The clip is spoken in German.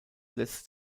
lässt